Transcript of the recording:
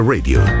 Radio